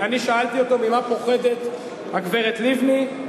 אני שאלתי אותו ממה הגברת לבני פוחדת.